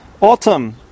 autumn